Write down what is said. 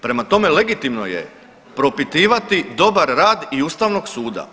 Prema tome, legitimno je propitivati dobar rad i ustavnog suda.